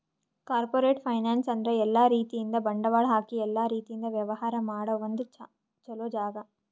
corporate finance ಅಂದ್ರ ಎಲ್ಲಾ ರೀತಿಯಿಂದ್ ಬಂಡವಾಳ್ ಹಾಕಿ ಎಲ್ಲಾ ರೀತಿಯಿಂದ್ ವ್ಯವಹಾರ್ ಮಾಡ ಒಂದ್ ಚೊಲೋ ಜಾಗ